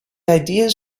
ideas